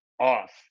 off